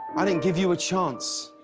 i didn't give you a chance.